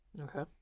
Okay